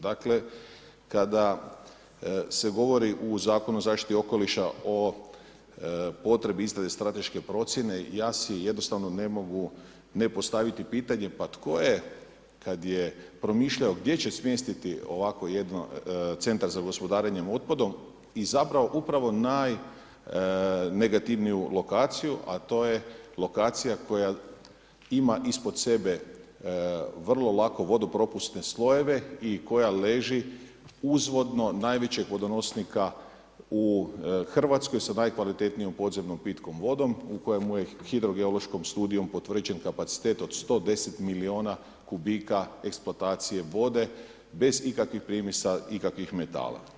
Dakle, kada se govori u Zakonu o zaštiti okoliša o potrebi izrade strateške procjene ja si jednostavno ne mogu ne postaviti pitanje pa tko je kad je promišljao gdje će smjestiti ovako jedno centar za gospodarenje otpadom izabrao upravo najnegativniju lokaciju, a to je lokacija koja ima ispod sebe vrlo lako vodopropusne slojeve i koja leži uzvodno najvećeg vodonosnika u Hrvatskoj sa najkvalitetnijom podzemnom pitkom vodom u kojemu je hidrogeološkom studijom potvrđen kapacitet od 110 miliona kubika eksploatacije vode bez ikakvih primjesa ikakvih metala.